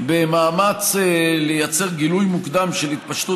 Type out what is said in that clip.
במאמץ לפתח גילוי מוקדם של התפשטות